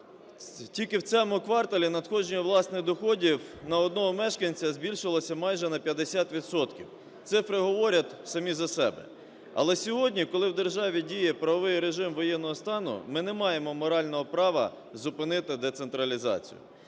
тільки в цьому кварталі надходження, власне, доходів на одного мешканця збільшилася майже на 50 відсотків – цифри говорять самі за себе. Але сьогодні, коли в державі діє правовий режим воєнного стану, ми не маємо морального права зупинити децентралізацію.